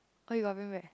what you want bring back